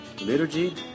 liturgy